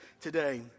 today